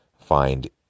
find